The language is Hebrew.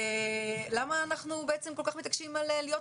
למה אנחנו כל-כך מתעקשים על להיות